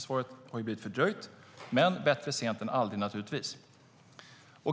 Svaret har blivit fördröjt, men bättre sent än aldrig, naturligtvis. Vi